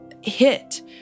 hit